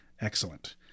excellent